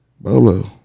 Bolo